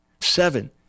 Seven